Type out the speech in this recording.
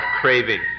craving